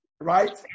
right